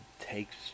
takes